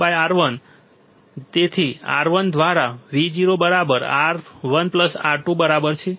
તેથી R1 દ્વારા Vo 1 R2 બરાબર છે